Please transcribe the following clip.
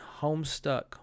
homestuck